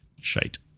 Shite